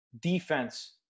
defense